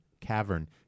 cavern